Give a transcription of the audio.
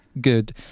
good